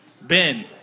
Ben